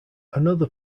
another